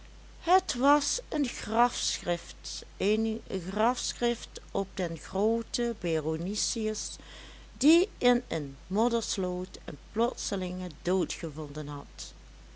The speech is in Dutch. het was een grafschrift een grafschrift op den grooten beronicius die in een moddersloot een plotselingen dood gevonden had